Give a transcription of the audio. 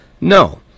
No